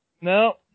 No